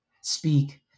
Speak